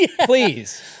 please